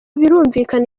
birumvikana